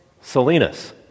Salinas